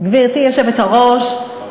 גברתי היושבת-ראש,